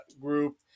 group